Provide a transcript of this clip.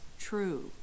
true